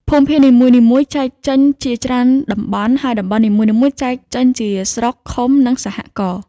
ភូមិភាគនីមួយៗ ចែកចេញ ជាច្រើនតំបន់ ហើយតំបន់នីមួយៗ ចែកចេញជាស្រុក ឃុំ និងសហករណ៍។